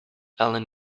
ellen